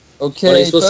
Okay